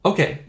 Okay